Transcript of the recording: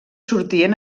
sortien